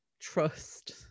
trust